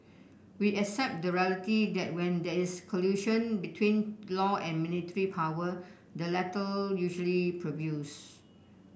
we accept the reality that when there is collision between law and military power the latter usually prevails